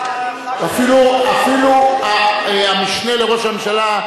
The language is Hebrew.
אפילו המשנה לראש הממשלה,